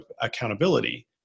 accountability